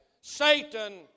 Satan